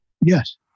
Yes